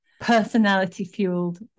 personality-fueled